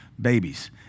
babies